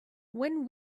when